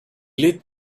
lit